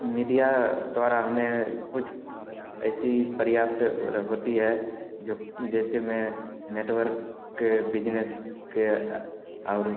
media द्वारा हमें कुछ ऐसी पर्याप्त और होती है जो जैसे मैं नेटवर्क के बिजनेस के और